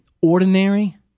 ordinary